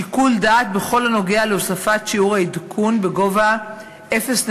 שיקול דעת בכל הנוגע להוספת שיעור העדכון בגובה 0.75%,